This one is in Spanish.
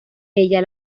ella